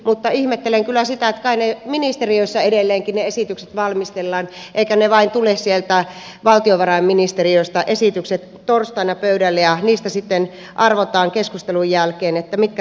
mutta ihmettelen kyllä sitä että kai ne esitykset ministeriöissä edelleenkin valmistellaan eivätkä ne esitykset vain tule sieltä valtiovarainministeriöstä torstaina pöydälle ja niistä sitten arvotaan keskustelun jälkeen mitkä toteutetaan